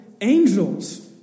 angels